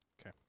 Okay